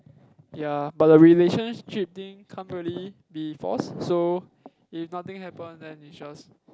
ya but the relationship thing can't really be force so if nothing happen then is just